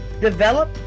develop